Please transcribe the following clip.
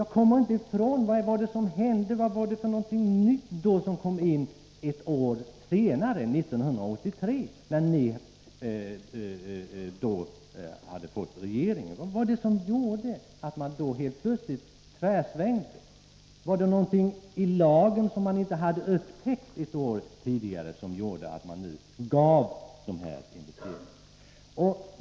Jag kommer inte ifrån frågan om vad det var för nytt som tillkom och som gjorde att ni ett år senare — 1983, när ni fått regeringsmakten — helt plötsligt tvärsvängde. Var det någonting i lagen 57 som man inte hade upptäckt ett år tidigare som gjorde att ni godkände investeringarna?